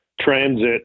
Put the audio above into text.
transit